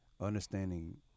understanding